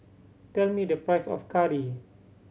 tell me the price of curry